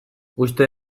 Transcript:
uste